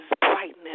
brightness